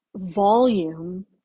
volume